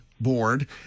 board